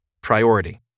priority